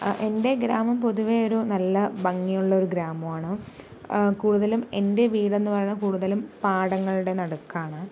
എൻ്റെ ഗ്രാമം പൊതുവെ ഒരു നല്ല ഭംഗിയുള്ള ഒരു ഗ്രാമം ആണ് കൂടുതലും എൻ്റെ വീട് എന്ന് പറയണത് കൂടുതലും പാടങ്ങളുടെ നടുക്കാണ്